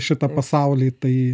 šitą pasaulį tai